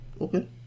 Okay